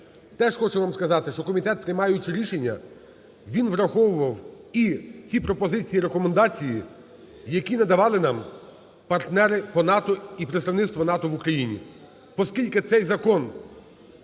Теж хочу вам сказати, що комітет, приймаючи рішення, він враховував і ці пропозиції і рекомендації, які надавали нам партнери по НАТО і Представництво НАТО в Україні.